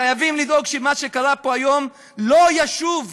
חייבים לדאוג שמה שקרה פה היום לא ישוב.